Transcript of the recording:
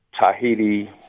Tahiti